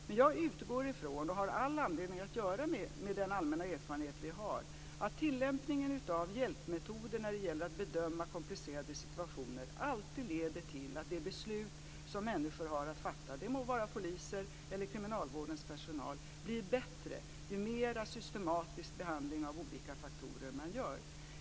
Men jag utgår från, och har all anledning att göra det med den allmänna erfarenhet vi har, att tillämpningen av hjälpmetoder när det gäller att bedöma komplicerade situationer alltid leder till att de beslut som människor har att fatta, det må vara poliser eller kriminalvårdens personal, blir bättre ju mer systematisk behandling av olika faktorer man gör.